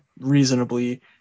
reasonably